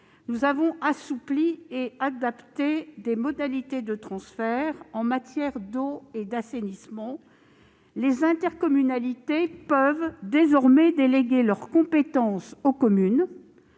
notamment assoupli et adapté les modalités de transfert en matière d'eau et d'assainissement. Les intercommunalités peuvent désormais déléguer leur compétence aux communes,